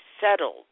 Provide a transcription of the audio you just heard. settled